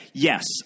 Yes